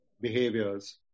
behaviors